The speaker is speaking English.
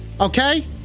Okay